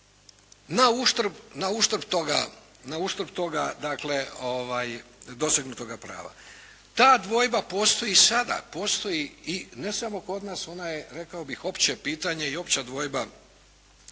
na uštrb toga dosegnutoga prava. Ta dvojba postoji sada, postoji i ne samo kod nas, ona je, rekao bih opće pitanje i opća dvojba